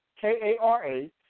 K-A-R-A